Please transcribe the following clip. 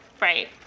Right